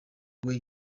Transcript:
weah